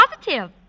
Positive